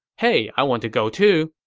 hey i want to go too.